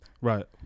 Right